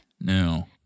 No